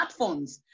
smartphones